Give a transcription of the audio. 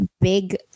big